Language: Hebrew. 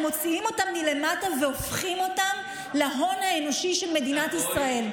הם מוציאים אותם מלמטה והופכים אותם להון האנושי של מדינת ישראל.